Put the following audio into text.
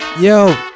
Yo